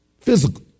physical